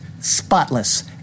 spotless